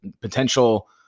potential